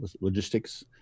logistics